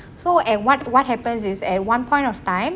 so and what what happens is at one point of time